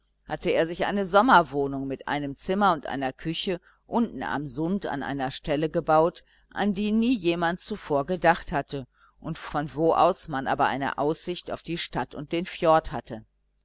hatte er sich eine sommerwohnung mit einem zimmer und einer küche unten am sund an einer stelle gebaut an die nie jemand zuvor gedacht hatte von wo aus man aber eine aussicht auf die stadt und den fjord hatte